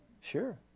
Sure